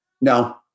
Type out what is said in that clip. No